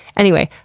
anyway,